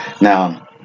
Now